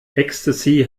ecstasy